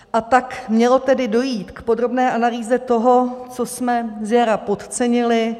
A tak mělo tedy dojít k podrobné analýze toho, co jsme zjara podcenili.